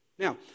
Now